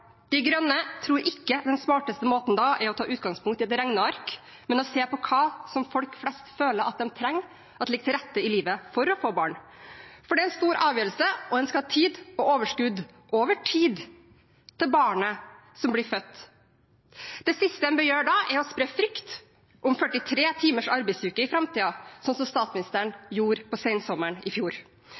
De Grønne tror ikke den smarteste måten da er å ta utgangspunkt i et regneark, men å se på hva folk flest føler at de trenger at ligger til rette i livet for å få barn. For det er en stor avgjørelse, og en skal ha tid og overskudd – over tid – til barnet som blir født. Det siste en bør gjøre da, er å spre frykt om 43 timers arbeidsuke i framtiden, sånn som statsministeren gjorde på sensommeren i fjor.